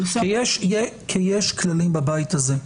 אלא כי יש כללים בבית הזה.